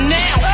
now